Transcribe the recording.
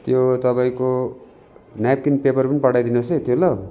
त्यो तपाईँको napkin paper पनि पठाइदिनुहोस् है त्यो ल